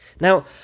Now